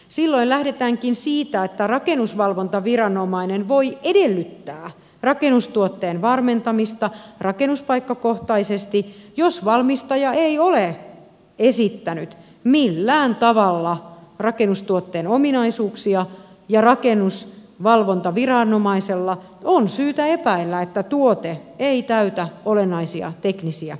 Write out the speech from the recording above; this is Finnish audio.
silloin lähdetäänkin siitä että rakennusvalvontaviranomainen voi edellyttää rakennustuotteen varmentamista rakennuspaikkakohtaisesti jos valmistaja ei ole esittänyt millään tavalla rakennustuotteen ominaisuuksia ja rakennusvalvontaviranomaisella on syytä epäillä että tuote ei täytä olennaisia teknisiä vaatimuksia